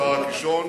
מפער הקישון.